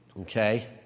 okay